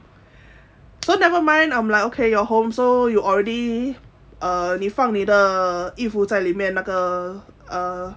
so nevermind I'm like okay you're home so you already uh 你放你的衣服在里面那个 uh